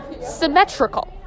symmetrical